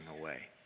away